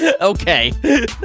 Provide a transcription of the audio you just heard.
Okay